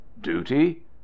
duty